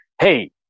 Hey